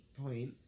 point